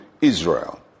Israel